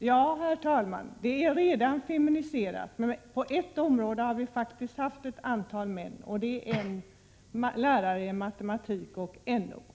Herr talman! Ja, läraryrket är redan feminiserat. Men på ett område har vi faktiskt haft ett antal män. Det gäller lärare i matematik och NO.